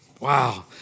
wow